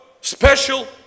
special